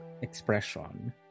expression